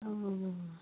অ